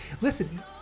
listen